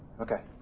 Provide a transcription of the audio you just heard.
okay.